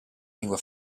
lingua